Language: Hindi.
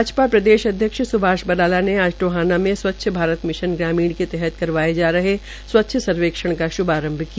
भारत प्रदेशाध्यक्ष सुभाष बराला ने आज टोहाना में स्वच्छ भारत मिशन ग्रामीण के तहत करवाये जा हरे स्वच्छ सर्वेक्षण का शुभारंभ किया